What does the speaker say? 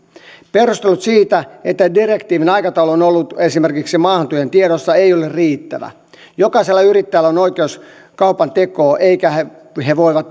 perustelut siitä että direktiivin aikataulu on ollut esimerkiksi maahantuojien tiedossa ei ole riittävä jokaisella yrittäjällä on oikeus kaupantekoon eivätkä he